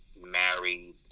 married